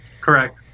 Correct